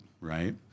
right